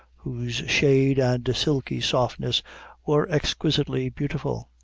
whose shade and silky softness were exquisitely beautiful.